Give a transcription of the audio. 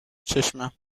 چشمم